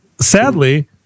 sadly